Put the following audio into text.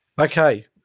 Okay